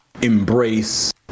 embrace